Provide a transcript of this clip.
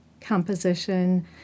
composition